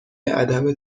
عدم